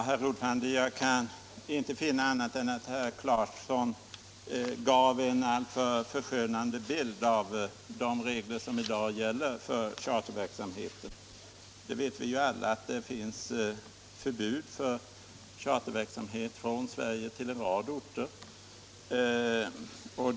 Herr talman! Jag kan inte finna annat än att herr Clarkson gav en alltför förskönad bild av de regler som i dag gäller för charterverksamheten. Vi vet ju alla att det finns förbud mot charterresor från Sverige till en rad destinationer.